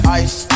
ice